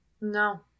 No